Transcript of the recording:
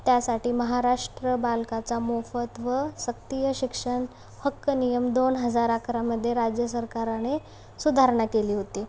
त्यासाठी महाराष्ट्र बालकाचा मोफत व सक्तीय शिक्षण हक्क नियम दोन हजार अकरामध्ये राज्य सरकाराने सुधारणा केली होती